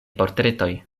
portretoj